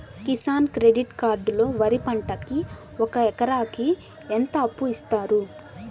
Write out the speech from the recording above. Kisan credit card లో వరి పంటకి ఒక ఎకరాకి ఎంత అప్పు ఇస్తారు?